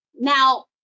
now